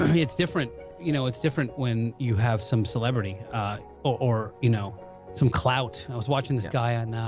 it's different you know it's different when you have some celebrity or you know some clout, was watching this guy and now